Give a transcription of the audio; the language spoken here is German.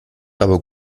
aber